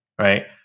right